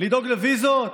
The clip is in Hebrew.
לדאוג לוויזות,